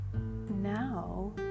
now